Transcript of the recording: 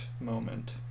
moment